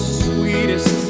sweetest